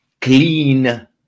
clean